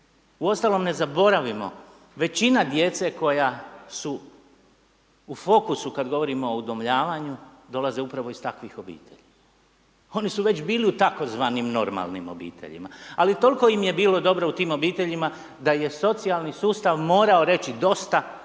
Uostalom ne zaboravimo većina djeca koja su u fokusu kad govorimo o udomljavanju dolaze upravo iz takvih obitelji. Oni su već bili u tzv. normalnim obiteljima ali toliko im je bilo dobro u tim obiteljima da je socijalni sustav morao reći dosta, oduzeti